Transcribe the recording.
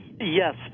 Yes